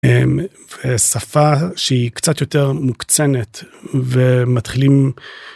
שפה שהיא קצת יותר מוקצנת ומתחילים